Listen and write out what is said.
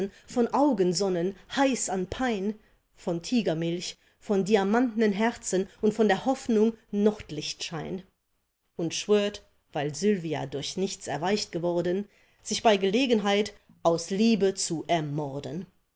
von augensonnen heiß an pein von tigermilch von diamantnen herzen und von der hoffnung nordlichtschein und schwört weil sylvia durch nichts erweicht geworden sich bei gelegenheit aus liebe zu ermorden